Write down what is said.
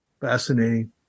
Fascinating